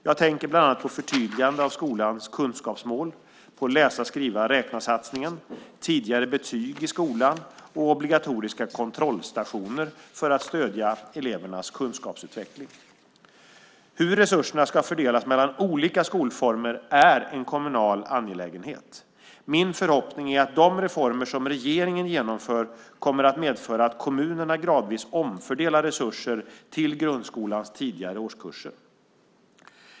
Jag tänker bland annat på förtydligande av skolans kunskapsmål, läsa-skriva-räkna-satsningen, tidigare betyg i skolan och obligatoriska kontrollstationer för att stödja elevernas kunskapsutveckling. Hur resurserna ska fördelas mellan olika skolformer är en kommunal angelägenhet. Min förhoppning är att de reformer som regeringen genomför kommer att medföra att kommunerna gradvis omfördelar resurser till grundskolans tidigare årskurser.